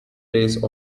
place